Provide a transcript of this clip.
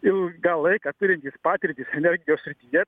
ilgą laiką turi patirtis energijos srityje